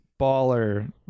baller